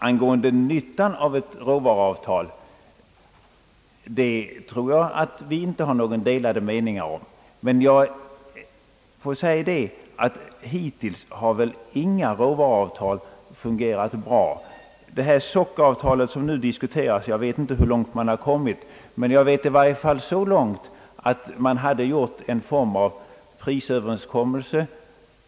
Angående nyttan av ett råvaruavtal tror jag inte vi har delade meningar, men jag får säga att hittills har väl inga råvaruavtal fungerat bra. Jag vet inte hur långt man kommit med det sockeravtal som nu diskuteras, men i varie fall har man kommit så långt att man gjort en form av prisöverenskommelse.